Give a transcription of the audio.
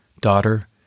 Daughter